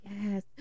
Yes